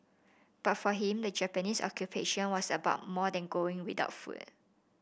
but for him the Japanese Occupation was about more than going without food